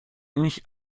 nicht